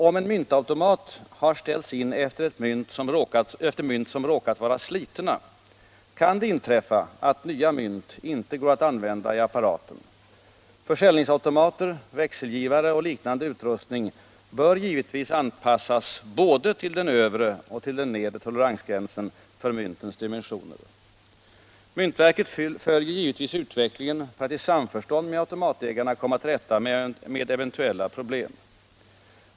Om en myntautomat har ställts in efter mynt som råkat vara slitna, kan det inträffa att nya mynt inte går att använda i apparaten. Försäljningsautomater, växelgivare och liknande utrustning bör givetvis anpassas både till den övre och till den nedre toleransgränsen för myntens dimensioner. Myntverket följer givetvis utvecklingen för att i samförstånd med automatägarna komma till rätta med eventuella problem.